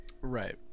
right